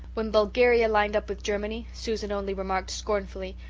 when bulgaria lined up with germany susan only remarked scornfully,